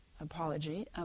Apology